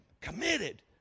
committed